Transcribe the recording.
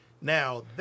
Now